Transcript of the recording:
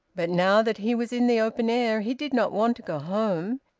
but now that he was in the open air, he did not want to go home.